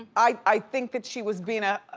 i think that she was being a